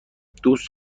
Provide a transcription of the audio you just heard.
دوست